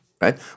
right